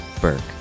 Burke